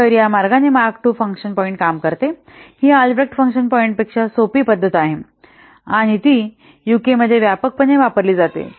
तर या मार्गाने मार्क II फंक्शन पॉईंट काम करते ही या अल्ब्रेक्ट फंक्शन पॉईंटपेक्षा सोपी पद्धत आहे आणि ती यूकेमध्ये व्यापक पणे वापरली जाते